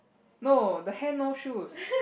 no the hand no shoes